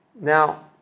now